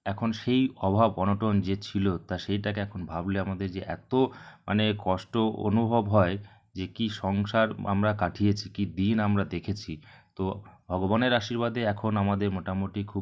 এখন সেই অভাব অনটন যে ছিলোতা সেইটাকে এখন ভাবলে আমাদের যে এত মানে কষ্ট অনুভব হয় যে কী সংসার আমরা কাটিয়েছি কী দিন আমরা দেখেছি তো ভগবানের আশীর্বাদে এখন আমাদের মোটামুটি খুব